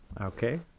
Okay